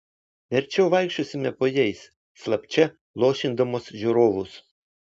verčiau vaikščiosime po jais slapčia luošindamos žiūrovus